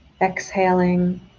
exhaling